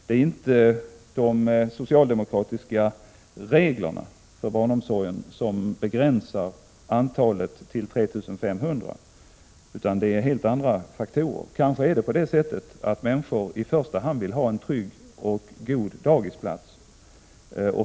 Det är inte de socialdemokratiska reglerna för barnomsorgen som begränsar antalet till 3 500 utan helt andra faktorer. Kanske är det så att människor i första hand vill ha en trygg och god daghemsplats.